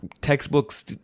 textbooks